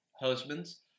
husbands